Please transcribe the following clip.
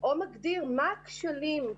או מגדיר מה הכשלים.